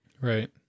Right